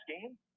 game